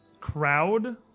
crowd